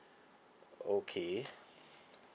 okay